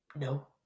No